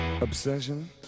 obsession